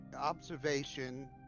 Observation